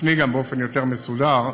תפני באופן יותר מסודר,